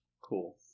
Cool